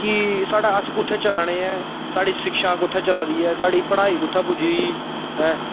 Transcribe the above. कि साढ़ा अस कुत्थै चला ने ऐ साढ़ी शिक्षा कुत्थै चला दी ऐ साढ़ी पढ़ाई कुत्थै पुज्जी दी ऐ